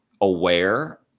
aware